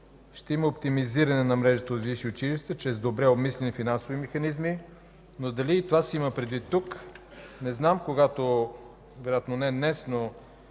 ще има оптимизиране на мрежата от висши училища чрез добре обмислени финансови механизми, но дали и това ще се има предвид тук, не знам. Вероятно не днес, но